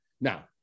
Now